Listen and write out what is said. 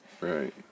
Right